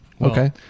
Okay